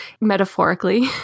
metaphorically